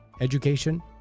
education